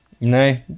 No